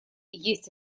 есть